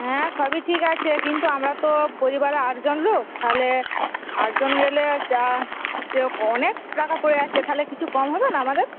হ্যাঁ সবই ঠিক আছে কিন্তু আমরা তো পরিবারে আটজন লোক তাহলে আটজন গেলে অনেক টাকা পড়ে যাচ্ছে তাহলে কিছু কম হবে না আমাদের